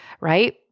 right